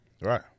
Right